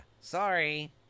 Sorry